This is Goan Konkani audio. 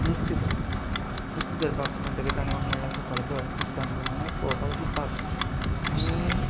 नुस्तें धरपाक नुस्तें धरपाक म्हणटकच ताणें म्हाका म्हणलें की सकयल पळय उदकांत हांवें पळोवपाक अशी पाक काडली आनी